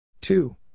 Two